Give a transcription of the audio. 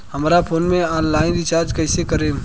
हमार phone online recharge कईसे करेम?